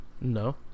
No